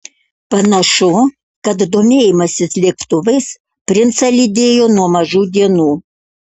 panašu kad domėjimasis lėktuvais princą lydėjo nuo mažų dienų